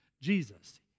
Jesus